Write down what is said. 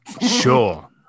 Sure